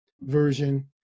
version